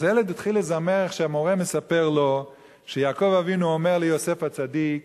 אז הילד התחיל לזמר איך שהמורה מספר לו שיעקב אבינו אומר ליוסף הצדיק